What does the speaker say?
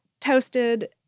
toasted